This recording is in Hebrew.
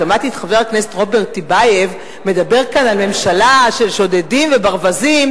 שמעתי את חבר הכנסת רוברט טיבייב מדבר כאן על ממשלה של שודדים וברווזים,